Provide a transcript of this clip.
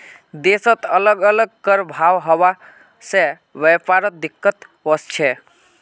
देशत अलग अलग कर भाव हवा से व्यापारत दिक्कत वस्छे